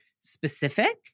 specific